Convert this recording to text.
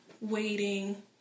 waiting